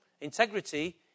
Integrity